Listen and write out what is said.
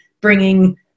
bringing